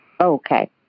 Okay